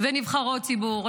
ונבחרות ציבור.